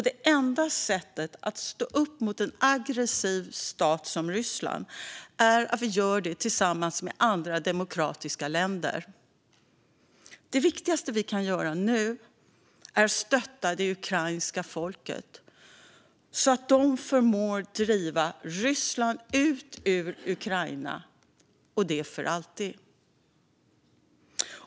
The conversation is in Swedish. Det enda sättet att stå upp mot en aggressiv stat som Ryssland är att vi gör det tillsammans med andra demokratiska länder. Det viktigaste vi kan göra nu är att stötta det ukrainska folket så att det förmår driva Ryssland ut ur Ukraina, och det för alltid.